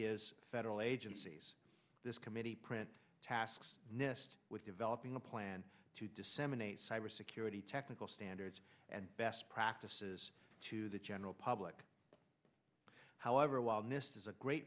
gives federal agencies this committee print tasks nest with developing a plan to disseminate cybersecurity technical standards and best practices to the general public however while this is a great